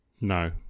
No